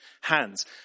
hands